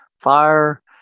fire